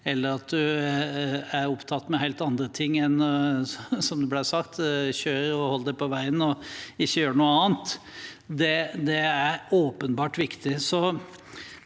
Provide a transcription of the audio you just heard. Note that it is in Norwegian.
ble sagt, er opptatt med helt andre ting enn å kjøre, holde deg på veien og ikke gjøre noe annet. Det er åpenbart viktig.